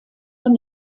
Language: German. von